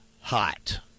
hot